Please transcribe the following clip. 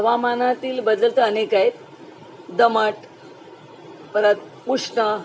हवामानातील बदलत अनेक आहेत दमट परत पुष्ना